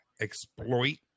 exploit